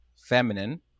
Feminine